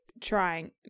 trying